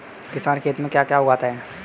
किसान खेत में क्या क्या उगाता है?